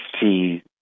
see